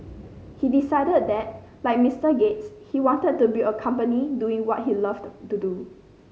he decided that like Mister Gates he wanted to build a company doing what he loved to do